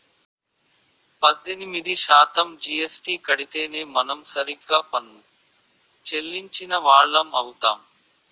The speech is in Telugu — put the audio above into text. పద్దెనిమిది శాతం జీఎస్టీ కడితేనే మనం సరిగ్గా పన్ను చెల్లించిన వాళ్లం అవుతాం